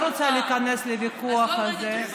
אני לא רוצה להיכנס לוויכוח הזה.